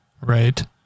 Right